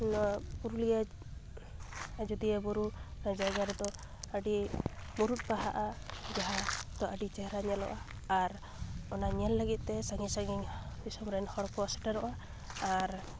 ᱱᱚᱣᱟ ᱯᱩᱨᱩᱞᱤᱭᱟᱹ ᱟᱡᱚᱫᱤᱭᱟᱹ ᱵᱩᱨᱩ ᱡᱟᱭᱜᱟ ᱨᱮᱫᱚ ᱟᱹᱰᱤ ᱢᱩᱨᱩᱫ ᱵᱟᱦᱟᱜᱼᱟ ᱡᱟᱦᱟᱸ ᱫᱚ ᱟᱹᱰᱤ ᱪᱮᱦᱨᱟ ᱧᱮᱞᱚᱜᱼᱟ ᱟᱨ ᱚᱱᱟ ᱧᱮᱞ ᱞᱟᱹᱜᱤᱫ ᱛᱮ ᱥᱟᱺᱜᱤᱧ ᱥᱟᱺᱜᱤᱧ ᱫᱤᱥᱚᱢ ᱨᱮᱱ ᱦᱚᱲ ᱠᱚ ᱥᱮᱴᱮᱨᱚᱜᱼᱟ ᱟᱨ